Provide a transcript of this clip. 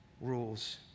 rules